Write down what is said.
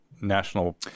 national